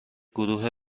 گروه